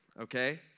okay